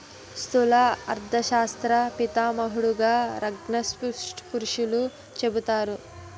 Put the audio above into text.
స్థూల అర్థశాస్త్ర పితామహుడుగా రగ్నార్ఫిషర్ను చెబుతారు